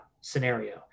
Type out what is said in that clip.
scenario